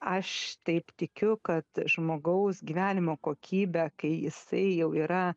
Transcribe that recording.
aš taip tikiu kad žmogaus gyvenimo kokybe kai jisai jau yra